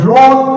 Lord